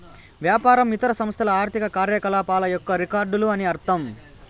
వ్యాపారం ఇతర సంస్థల ఆర్థిక కార్యకలాపాల యొక్క రికార్డులు అని అర్థం